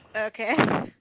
Okay